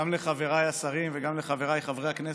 גם לחבריי השרים וגם לחבריי חברי הכנסת,